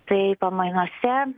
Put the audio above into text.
tai pamainose